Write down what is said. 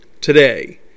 today